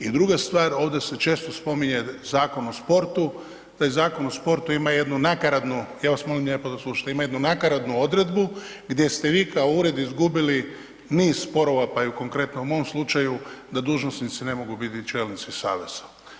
I druga stvar, ovdje se često spominje Zakon o sportu, taj Zakon o sportu ima jednu nakaradnu, ja vas molim lijepo da slušate, ima jednu nakaradnu odredbu gdje ste vi kao ured izgubili niz sporova, pa i u konkretno mom slučaju da dužnosnici ne mogu biti čelnici saveza.